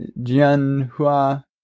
Jianhua